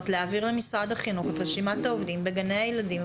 להעביר למשרד החינוך את רשימת העובדים בגני הילדים,